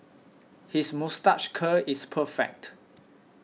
his moustache curl is perfect